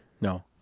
no